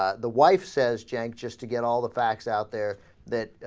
ah the wife says change is to get all the facts out there that